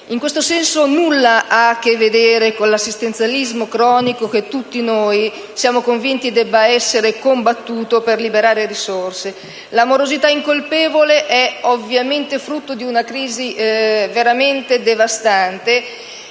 In questo senso, nulla ha a che vedere con l'assistenzialismo cronico, che tutti noi siamo convinti debba essere combattuto per liberare risorse. La morosità incolpevole è frutto di una crisi veramente devastante